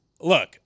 look